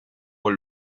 con